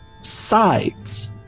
sides